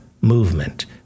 movement